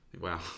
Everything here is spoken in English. Wow